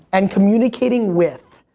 and communicating with,